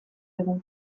egun